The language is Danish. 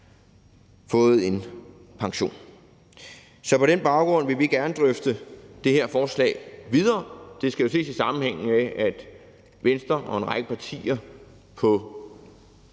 fået en pension. Så på den baggrund vil vi gerne drøfte det her forslag videre. Det skal jo ses i sammenhæng med, at Venstre og en række partier